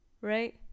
right